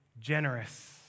generous